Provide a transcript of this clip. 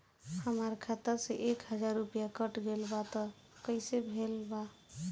हमार खाता से एक हजार रुपया कट गेल बा त कइसे भेल बा?